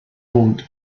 wohnt